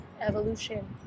evolution